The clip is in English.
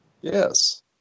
Yes